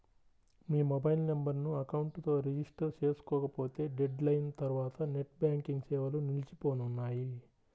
మీ mobile నెంబర్ను account తో register చేసుకోకపోతే డెడ్ లైన్ తర్వాత నెట్ బ్యాంకింగ్ సేవలు నిలిచిపోనున్నాయి